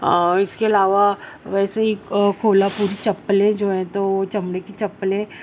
اس کے علاوہ ویسے ہی کولہا پوری چپلیں جو ہیں تو چمڑے کی چپلیں